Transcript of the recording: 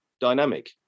dynamic